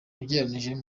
ugereranije